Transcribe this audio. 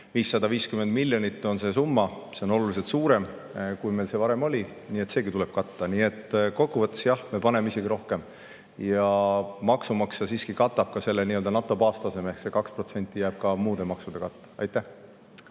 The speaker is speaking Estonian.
550 miljonit on see summa. See on oluliselt suurem kui see, mis varem oli. Seegi tuleb katta. Nii et kokkuvõttes jah: me paneme sinna isegi rohkem. Maksumaksja siiski katab ka selle nii-öelda NATO baastaseme ehk see 2% jääb ka muude maksude katta. Jaanus